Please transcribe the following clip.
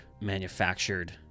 manufactured